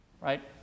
Right